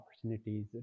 opportunities